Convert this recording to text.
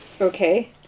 Okay